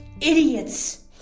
idiots